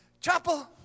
chapel